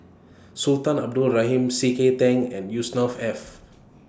Sultan Abdul Rahman C K Tang and Yusnor Ef